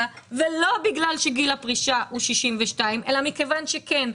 ולא בגלל שגיל הפרישה הוא 62 אלא מכיוון שכן,